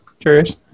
curious